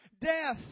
death